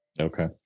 Okay